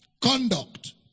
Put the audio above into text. Conduct